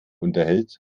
unterhält